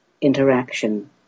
interaction